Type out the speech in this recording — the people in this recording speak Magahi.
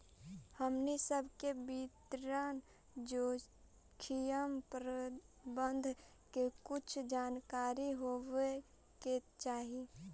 हमनी सब के वित्तीय जोखिम प्रबंधन के कुछ जानकारी होवे के चाहि